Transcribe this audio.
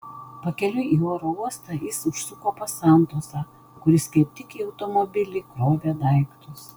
pakeliui į oro uostą jis užsuko pas santosą kuris kaip tik į automobilį krovė daiktus